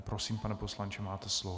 Prosím, pane poslanče, máte slovo.